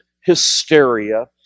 hysteria